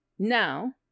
now